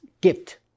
gift